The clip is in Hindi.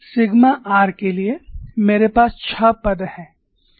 सिग्मा r के लिए मेरे पास छह पद हैं